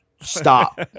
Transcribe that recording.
stop